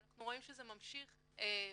ואנחנו רואים שזה ממשיך בפועל,